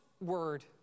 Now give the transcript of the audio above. word